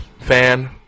fan